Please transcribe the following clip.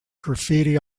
graffiti